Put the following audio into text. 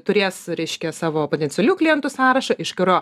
turės reiškia savo potencialių klientų sąrašą iš kurio